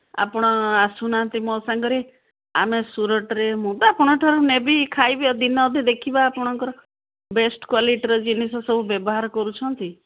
ଆପଣ ଆସୁନାହାନ୍ତି ମୋ ସାଙ୍ଗରେ ଆମେ ସୁରଟରେ ମୁଁ ତ ଆପଣଙ୍କଠାରୁ ନେବି ଖାଇବି ଦିନ ଅଧ ଦେଖିବା ଆପଣଙ୍କର ବେଷ୍ଟ୍ କ୍ଵାଲିଟିର ଜିନିଷ ସବୁ ବ୍ୟବହାର କରୁଛନ୍ତି